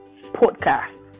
podcast